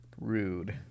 Rude